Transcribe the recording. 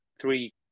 three